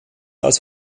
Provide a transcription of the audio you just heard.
als